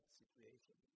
situation